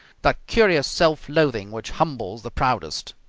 that curious self-loathing which humbles the proudest.